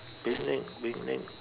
picnic picnic